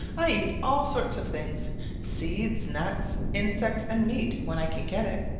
i eat all sorts of things seeds, nuts, insects and meat when i can get it.